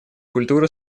культура